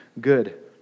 Good